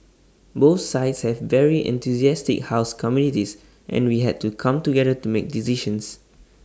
both sides have very enthusiastic house committees and we had to come together to make decisions